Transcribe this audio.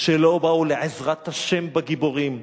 שלא באו לעזרת ה' בגיבורים.